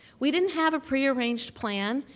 we didn't have a prearranged plan.